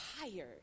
tired